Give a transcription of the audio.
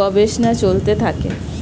গবেষণা চলতে থাকে